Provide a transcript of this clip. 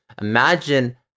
imagine